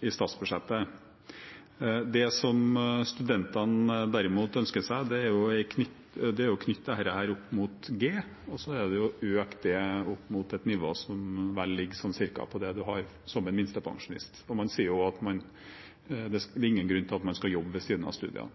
i statsbudsjettet. Det som studentene derimot ønsker seg, er å knytte dette opp mot G, og så er det å øke det opp mot et nivå som ligger sånn ca. på det en har som minstepensjonist. Man sier at det er ingen grunn til at man skal jobbe ved siden av studiene.